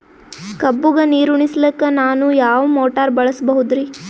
ಕಬ್ಬುಗ ನೀರುಣಿಸಲಕ ನಾನು ಯಾವ ಮೋಟಾರ್ ಬಳಸಬಹುದರಿ?